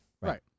Right